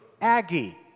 Aggie